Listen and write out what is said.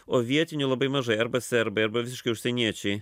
o vietinių labai mažai arba serbai arba visiškai užsieniečiai